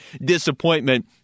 disappointment